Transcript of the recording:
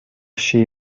she